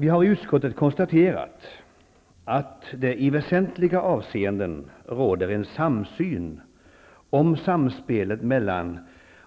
Vi har i utskottet konstaterat att det i väsentliga avseenden råder en samsyn om samspelet mellan